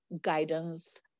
guidance